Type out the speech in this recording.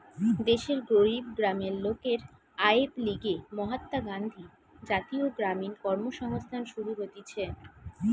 দেশের গরিব গ্রামের লোকের আয়ের লিগে মহাত্মা গান্ধী জাতীয় গ্রামীণ কর্মসংস্থান শুরু হতিছে